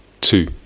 two